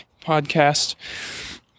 podcast